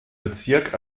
bezirk